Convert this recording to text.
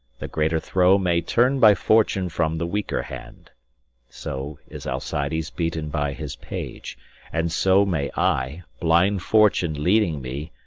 the greater throw may turn by fortune from the weaker hand so is alcides beaten by his page and so may i, blind fortune leading me,